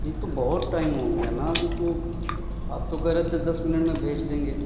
نہیں تو بہت ٹائم ہو گیا نا ابھی تو آپ تو کہہ رہے تھے دس منٹ میں بھیج دیں گے